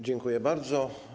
Dziękuję bardzo.